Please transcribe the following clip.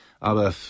aber